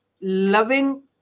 loving